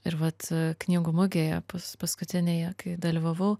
ir vat knygų mugėje bus paskutinėje kai dalyvavau